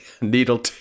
needle